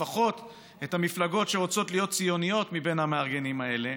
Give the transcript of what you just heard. לפחות את המפלגות שרוצות להיות ציוניות מבין המארגנים האלה,